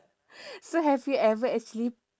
so have you ever actually